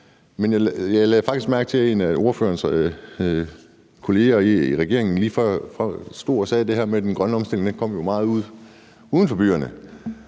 jeg lagde faktisk mærke til, at en af ordførerens kolleger fra regeringen lige før stod og sagde, at den grønne omstilling meget kom fra steder uden for byerne.